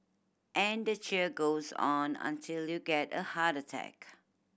and the cheer goes on until you get a heart attack